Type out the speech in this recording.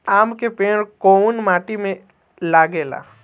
आम के पेड़ कोउन माटी में लागे ला?